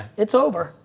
it's over.